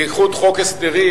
בייחוד חוק הסדרים,